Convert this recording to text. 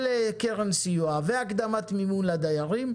ולקרן סיוע ולהקדמת מימון לדיירים,